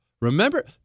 Remember